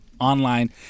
online